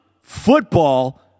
Football